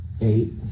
eight